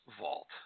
Vault